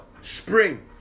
spring